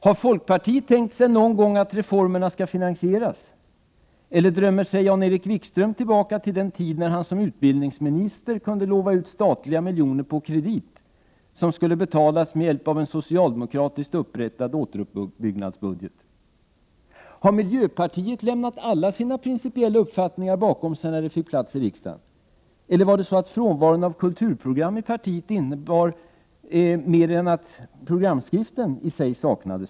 Har folkpartiet tänkt sig att reformerna någon gång skall finansieras, eller drömmer sig Jan-Erik Wikström tillbaka till den tid när han som utbildningsminister kunde lova ut statliga miljoner på kredit, att betalas med hjälp av en socialdemokratiskt upprättad återuppbyggnadsbudget? Har miljöpartiet lämnat alla sina principiella uppfattningar bakom sig när det fick plats i riksdagen — eller var det så att frånvaron av kulturprogram i partiet innebar mer än att programskriften saknades?